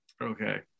Okay